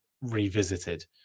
revisited